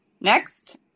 Next